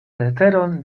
leteron